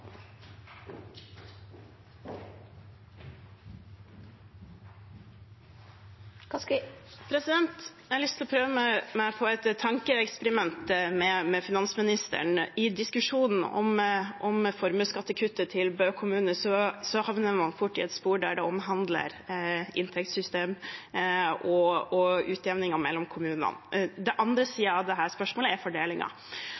Jeg har lyst til å prøve meg på et tankeeksperiment med finansministeren. I diskusjonen om formuesskattekuttet til Bø kommune havner man fort i et spor der det handler om inntektssystem og utjevningen mellom kommunene. Den andre